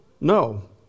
No